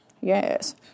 yes